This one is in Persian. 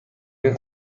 این